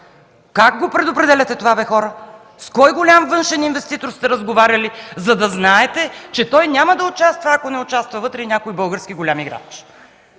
Как го предопределяте това, бе хора? С кой голям външен инвеститор сте разговаряли, за да знаете, че той няма да участва, ако не участва вътре някой български голям играч?